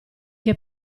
che